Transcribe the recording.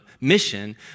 mission